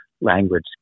language